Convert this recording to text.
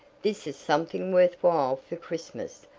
this is something worth while for christmas!